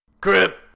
Crip